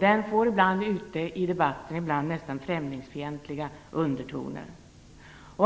Den får ibland i debatten nästan främlingsfientliga undertoner.